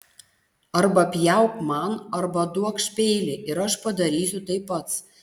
arba pjauk man arba duokš peilį ir aš padarysiu tai pats